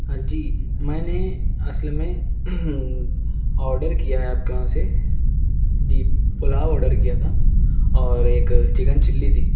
ہاں جی میں نے اصل میں آڈر کیا ہے آپ کے وہاں سے جی پلاؤ آڈر کیا تھا اور ایک چکن چلّی تھی